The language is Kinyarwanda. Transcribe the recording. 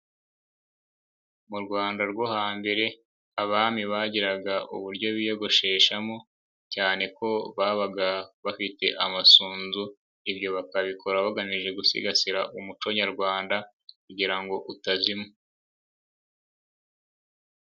Mu Rwanda rwo hambere abami bagiraga uburyo biyogosheshamo, cyane ko babaga bafite amasunzu, ibyo bakabikora bagamije gusigasira umuco Nyarwanda kugira ngo utazima.